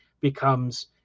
becomes